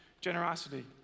generosity